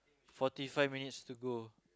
forty five minutes to go